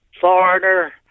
Foreigner